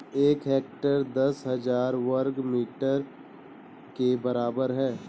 एक हेक्टेयर दस हजार वर्ग मीटर के बराबर है